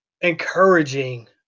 encouraging